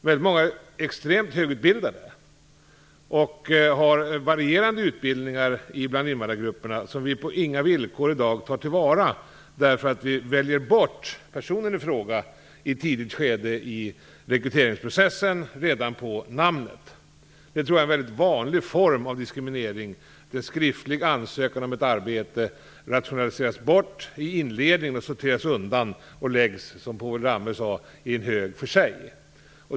Väldigt många i invandrargrupperna är extremt högutbildade och har varierande utbildning som vi på inga villkor i dag tar till vara, därför att vi i ett tidigt skede i rekryteringsprocessen väljer bort personen i fråga redan med anledning av namnet. Det tror jag är en mycket vanlig form av diskriminering, den skriftliga ansökan om ett arbete rationaliseras bort i inledningen, sorteras undan och läggs, som Povel Ramel sade, i en hög för sig.